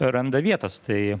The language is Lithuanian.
randa vietos tai